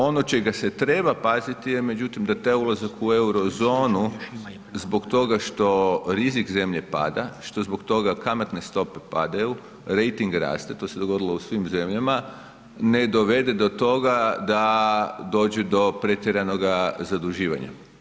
Ono čega se treba paziti je međutim da taj ulazak u euro-zonu zbog toga što rizik zemlje pada, što zbog toga kamatne stope padaju, rejting raste to se dogodilo u svim zemljama, ne dovede do toga da dođe do pretjeranoga zaduživanja.